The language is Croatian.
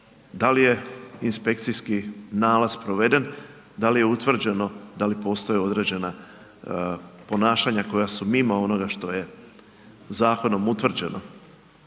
dal je inspekcijski nalaz proveden, dal je utvrđeno da li postoje određena ponašanja koja su mimo onoga što je zakonom utvrđeno.